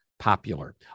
popular